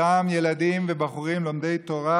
אותם ילדים ובחורים לומדי תורה.